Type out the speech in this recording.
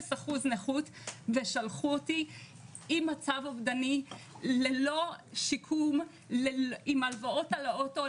0 אחוז נכות ושלחו אותי עם מצב אובדני ללא שיקום עם הלוואות על האוטו,